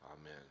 Amen